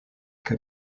kaj